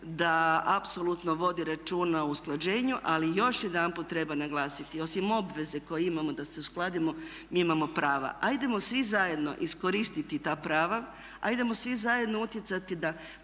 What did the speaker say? da apsolutno vodi računa o usklađenju. Ali još jedanput treba naglasiti osim obveze koju imamo da se uskladimo mi imamo prava. Hajdemo svi zajedno iskoristiti ta prava. Hajdemo svi zajedno utjecati da